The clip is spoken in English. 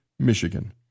Michigan